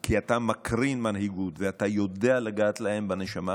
כי אתה מקרין מנהיגות ואתה יודע לגעת להם בנשמה,